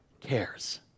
cares